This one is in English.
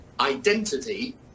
identity